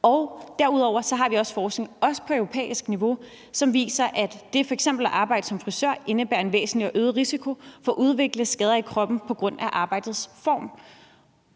Derudover har vi også forskning på europæisk niveau, som viser, at f.eks. det at arbejde som frisør indebærer en væsentlig og øget risiko for at udvikle skader i kroppen på grund af arbejdets form.